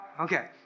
Okay